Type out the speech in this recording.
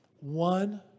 one